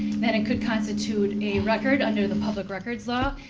then it could constitute a record under the public records law,